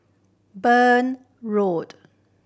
Burn Road